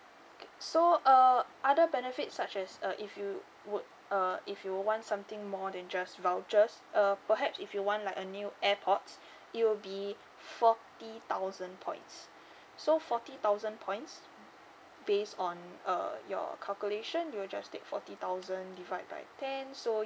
so uh other benefits such as uh if you would uh if you want something more than just vouchers uh perhaps if you want like a new airpods it will be forty thousand points so forty thousand points based on uh your calculation you'll just take forty thousand divide by ten so